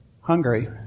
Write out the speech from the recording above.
Hungary